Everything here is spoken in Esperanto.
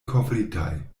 kovritaj